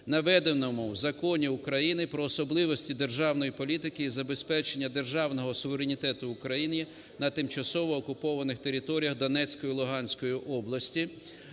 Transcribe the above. наведеному в Законі України "Про особливості державної політики і забезпечення державного суверенітету України на тимчасово окупованих територіях Донецької і Луганської областей",